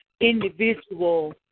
individual